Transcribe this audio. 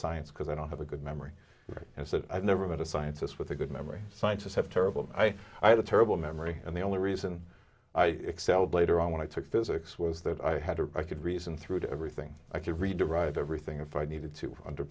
science because i don't have a good memory i've never met a scientist with a good memory scientists have terrible i had a terrible memory and the only reason i excelled later on when i took physics was that i had a good reason through everything i could read derive everything if i needed to under